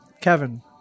Kevin